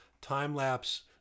time-lapse